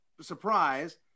surprise